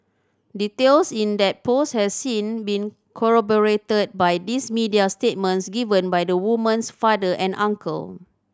details in that post has since been corroborated by these media statements given by the woman's father and uncle